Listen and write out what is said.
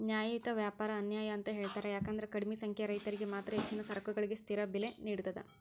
ನ್ಯಾಯಯುತ ವ್ಯಾಪಾರ ಅನ್ಯಾಯ ಅಂತ ಹೇಳ್ತಾರ ಯಾಕಂದ್ರ ಕಡಿಮಿ ಸಂಖ್ಯೆಯ ರೈತರಿಗೆ ಮಾತ್ರ ಹೆಚ್ಚಿನ ಸರಕುಗಳಿಗೆ ಸ್ಥಿರ ಬೆಲೆ ನೇಡತದ